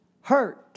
hurt